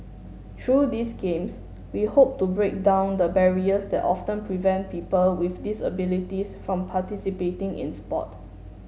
through these Games we hope to break down the barriers that often prevent people with disabilities from participating in sport